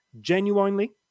genuinely